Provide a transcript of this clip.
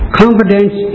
confidence